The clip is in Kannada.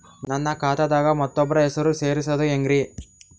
ನನ್ನ ಖಾತಾ ದಾಗ ಮತ್ತೋಬ್ರ ಹೆಸರು ಸೆರಸದು ಹೆಂಗ್ರಿ?